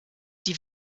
die